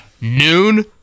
Noon